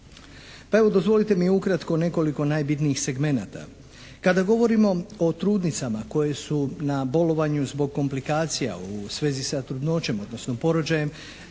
Pa evo dozvolite mi ukratko nekoliko najbitnijih segmenata. Kada govorimo o trudnicama koje su na bolovanju zbog komplikacija u svezi sa trudnoćom odnosno porođajem,